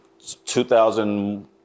2000